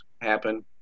happen